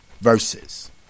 Verses